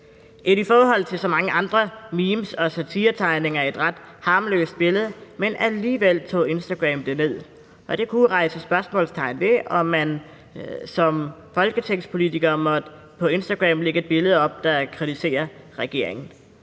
Et i forhold til så mange andre memes og satiretegninger ret harmløst billede, men alligevel tog Instagram det ned. Der kunne jo sætte et spørgsmålstegn ved, om man som folketingspolitiker må lægge et billede op på Instagram, der kritiserer regeringen.